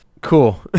cool